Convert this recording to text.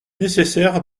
nécessaire